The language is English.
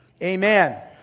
Amen